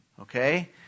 Okay